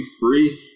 free